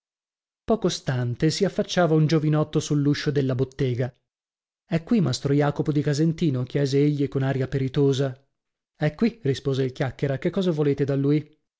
stante si affacciava un giovinotto sull'uscio della bottega è qui mastro jacopo di casentino chiese egli con aria peritosa è qui rispose il chiacchiera che cosa volete da lui